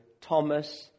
Thomas